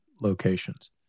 locations